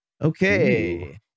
Okay